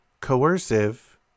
Coercive